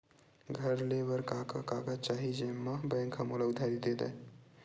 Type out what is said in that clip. घर ले बर का का कागज चाही जेम मा बैंक हा मोला उधारी दे दय?